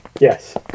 Yes